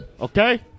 Okay